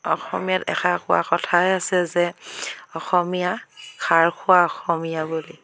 অসমীয়াত এষাৰ কোৱা কথাই আছে যে অসমীয়া খাৰ খোৱা অসমীয়া বুলি